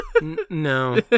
No